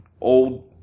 old